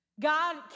God